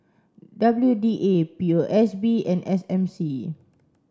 W D A P O S B and S M C